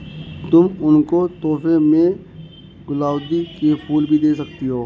तुम उनको तोहफे में गुलाउदी के फूल भी दे सकती हो